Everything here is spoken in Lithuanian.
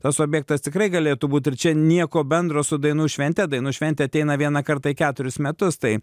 tas objektas tikrai galėtų būt ir čia nieko bendro su dainų švente dainų šventė ateina vieną kartą į keturis metus tai